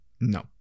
No